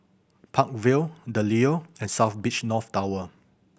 Park Vale The Leo and South Beach North Tower